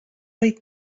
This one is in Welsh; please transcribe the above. oedd